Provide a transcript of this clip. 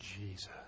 Jesus